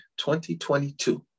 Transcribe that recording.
2022